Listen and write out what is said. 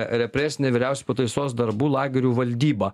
represinė vyriausia pataisos darbų lagerių valdyba